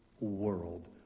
world